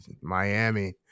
Miami